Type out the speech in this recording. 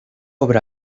obra